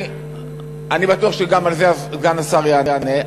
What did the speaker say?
אני בטוח שגם על זה סגן השר יענה.